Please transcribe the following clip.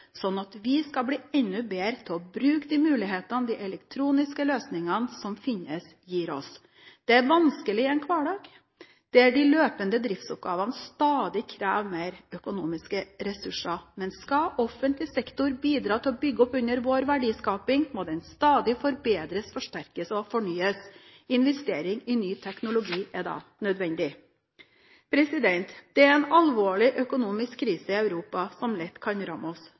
at vi kan bli enda bedre til å bruke de mulighetene de elektroniske løsningene som finnes, gir oss. Det er vanskelig i en hverdag der de løpende driftsoppgavene stadig krever mer økonomiske ressurser. Men skal offentlig sektor bidra til å bygge opp under vår verdiskaping, må den stadig forbedres, forsterkes og fornyes. Investering i ny teknologi er da nødvendig. Det er en alvorlig økonomisk krise i Europa som lett kan ramme oss.